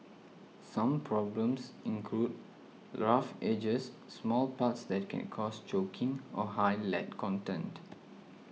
some problems include rough edges small parts that can cause choking or high lead content